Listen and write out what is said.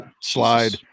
slide